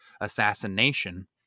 Assassination